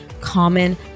common